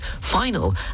final